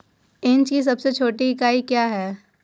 Inch की सबसे छोटी इकाई क्या है?